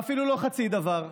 ואפילו לא חצי דבר.